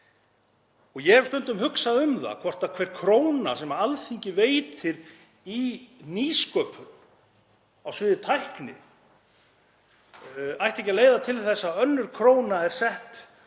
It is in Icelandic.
Ég hef stundum hugsað um það hvort hver króna sem Alþingi veitir í nýsköpun á sviði tækni ætti ekki að leiða til þess að önnur króna sé sett